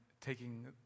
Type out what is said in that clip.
taking